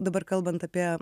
dabar kalbant apie